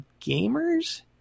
gamers